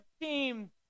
team